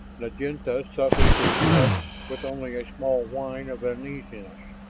naginlta suffered his touch with only a small whine of uneasiness.